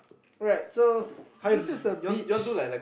right so this is a beach